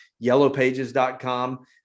Yellowpages.com